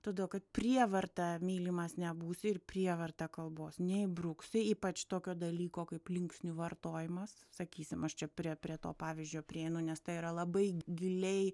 todėl kad prievarta mylimas nebūsi ir prievarta kalbos neįbruksi ypač tokio dalyko kaip linksnių vartojimas sakysim aš čia prie prie to pavyzdžio prieinu nes tai yra labai giliai